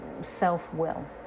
self-will